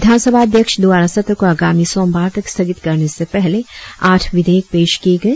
विधान सभा अध्यक्ष द्वारा सत्र को आगामी सोमवार तक स्थगित करने से पहले आठ विधेयक पेश किए गए